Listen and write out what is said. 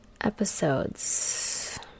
Episodes